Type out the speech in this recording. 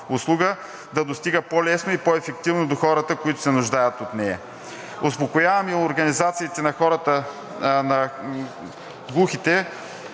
да достига по-лесно и по-ефективно до хората, които се нуждаят от нея. Успокоявам и организациите на глухите